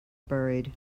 buried